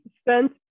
spent